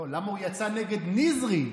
לא, למה הוא יצא נגד נזרי.